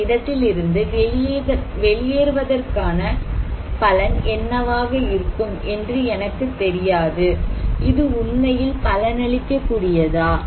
இந்த இடத்திலிருந்து வெளியேறுவதற்கான பலன் என்னவாக இருக்கும் என்று எனக்கு தெரியாது இது உண்மையில் பலனளிக்கக் கூடியதா